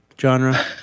genre